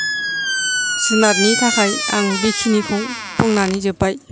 जुनारनि थाखाय आं बेखिनिखौ बुंनानै जोब्बाय